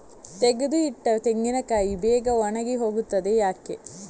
ತೆಗೆದು ಇಟ್ಟ ತೆಂಗಿನಕಾಯಿ ಬೇಗ ಒಣಗಿ ಹೋಗುತ್ತದೆ ಯಾಕೆ?